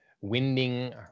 winding